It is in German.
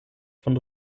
von